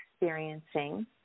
Experiencing